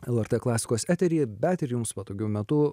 lrt klasikos eteryje bet ir jums patogiu metu